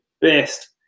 best